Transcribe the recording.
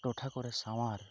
ᱴᱚᱴᱷᱟ ᱠᱚᱨᱮ ᱥᱟᱶᱟᱨ